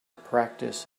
practice